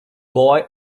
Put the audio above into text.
boy